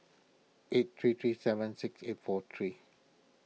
eight three three seven six eight four three